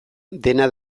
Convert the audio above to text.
dena